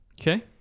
Okay